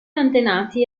antenati